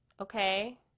okay